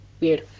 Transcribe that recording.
weird